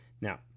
now